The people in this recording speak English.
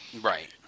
Right